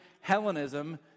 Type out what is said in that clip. Hellenism